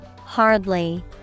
Hardly